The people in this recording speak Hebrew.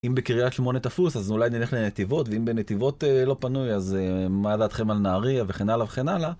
אם בקרית שמונה תפוס אז אולי נלך לנתיבות, ואם בנתיבות לא פנוי אז מה דעתכם על נהריה וכן הלאה וכן הלאה.